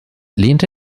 lehnte